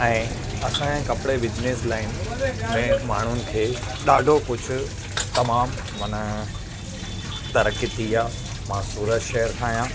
ऐं असांजे कपिड़े बिज़नेस लाइन में माण्हुनि खे ॾाढो कुझु तमामु माना तरक़ी थी आहे मां सूरत शहर खां आहियां